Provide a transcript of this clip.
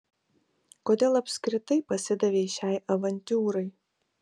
kodėl apskritai pasidavei šiai avantiūrai